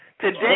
Today